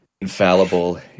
infallible